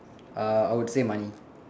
uh I would say money